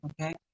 Okay